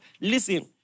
Listen